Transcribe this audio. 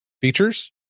features